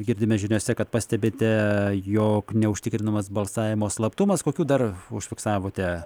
girdime žiniose kad pastebite jog neužtikrinamas balsavimo slaptumas kokių dar užfiksavote